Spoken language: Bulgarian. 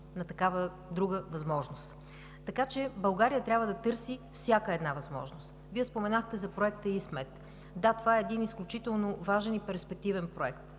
на такава друга възможност, така че България трябва да търси всяка една възможност. Вие споменахте за Проекта „Исмет“. Да, това е един изключително важен и перспективен проект.